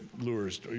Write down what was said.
lures